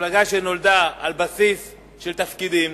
מפלגה שנולדה על בסיס של תפקידים,